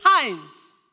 times